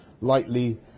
lightly